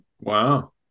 Wow